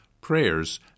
prayers